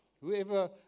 whoever